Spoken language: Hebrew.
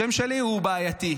השם שלי הוא בעייתי.